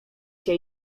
się